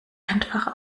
einfach